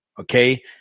okay